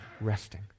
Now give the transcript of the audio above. resting